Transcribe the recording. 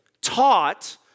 taught